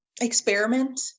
Experiment